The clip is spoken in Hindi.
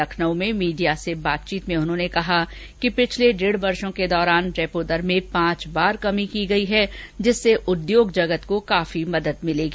लखनऊ में आज मीडिया से बातचीत में उन्होंने कहा कि पिछले डेढ वर्षो के दौरान रेपो दर में पांच बार कमी की गई है जिससे उद्योग जगत को काफी मदद मिलेगी